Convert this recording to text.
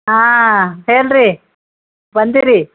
ಹಾಂ ಹೇಳಿರಿ ಬಂದೆ ರೀ